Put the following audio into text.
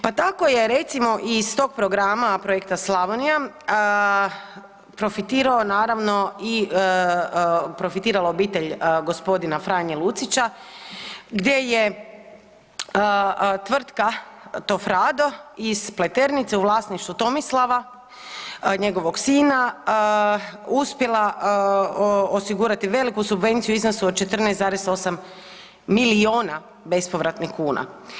Pa tako je recimo iz tog programa a projekta Slavonija, profitirao naravno, profitirala obitelj g. Franje Lucića gdje je tvrtka Tofrado iz Pleternice u vlasništvu Tomislava, njegovog sina uspjela osigurati veliku subvenciju u iznosu od 14,8 milijuna bespovratnih kuna.